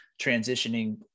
transitioning